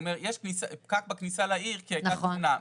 אומר: יש פקק בכניסה לעיר כי הייתה תאונה.